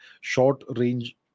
short-range